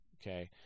Okay